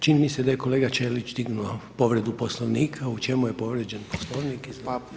Čini se da je kolega Ćelić dignuo povredu Poslovnika, u čemu je povrijeđen Poslovnik?